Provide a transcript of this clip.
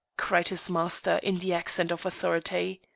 cried his master in the accent of authority.